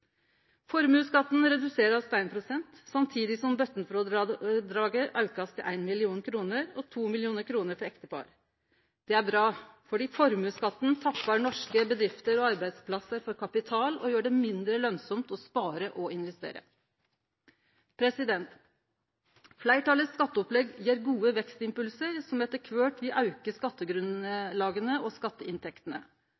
Formuesskatten reduserast til 1 pst. samtidig som botnfrådraget aukast til 1 mill. kr og til 2 mill. kr for ektepar. Det er bra, fordi formuesskatten tappar norske bedrifter og arbeidsplassar for kapital og gjer det mindre lønsamt å spare og investere. Fleirtalet sitt skatteopplegg gir gode vekstimpulsar som etter kvart vil auke